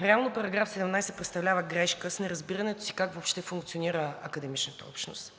Реално § 17 представлява грешка с неразбирането си как въобще функционира академичната общност,